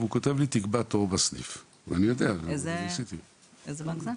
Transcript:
ואמרו לי תקבע בנק בסניף- - איזה בנק זה?